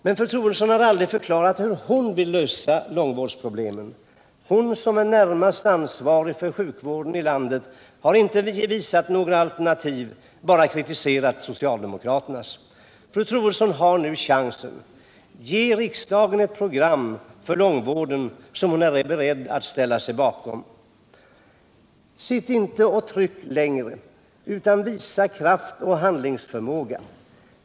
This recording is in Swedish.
Fru Troedsson har aldrig förklarat hur hon vill lösa långvårdsproblemen. Hon som är närmast ansvarig för sjukvården i landet har inte kommit med några alternativ, bara kritiserat socialdemokraternas. Statsrådet Troedsson har nu chansen att förelägga riksdagen ett program för långvården som hon är beredd att ställa sig bakom. Sitt inte och tryck längre, utan' visa kraft och handlingsförmåga!